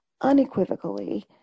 unequivocally